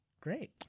great